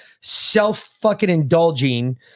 self-fucking-indulging